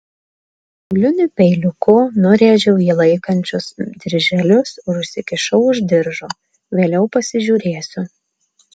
auliniu peiliuku nurėžiau jį laikančius dirželius ir užsikišau už diržo vėliau pasižiūrėsiu